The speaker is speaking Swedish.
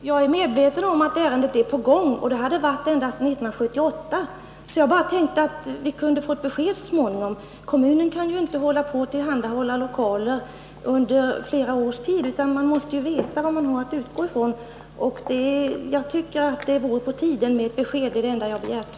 Herr talman! Jag är medveten om att ärendet är på gång, och det har det varit ända sedan 1978. Men jag tänkte att vi så småningom kunde få ett besked. Kommunen kan ju inte tillhandahålla lokaler i flera års tid utan att veta vad man har att utgå från. Det är alltså på tiden med ett besked. Det är det enda jag har begärt.